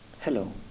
Hello